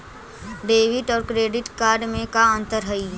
Debit और credit card में का अंतर हइ?